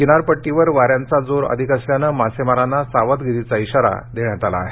किनारपट्टीवर वाऱ्यांचा जोर अधिक असल्यानं मासेमाराना सावधगिरीचा इशारा देण्यात आला आहे